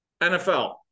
NFL